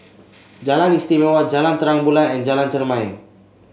Jalan Istimewa Jalan Terang Bulan and Jalan Chermai